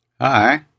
Hi